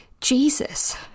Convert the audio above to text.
Jesus